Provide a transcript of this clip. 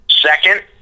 Second